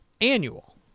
annual